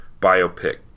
biopic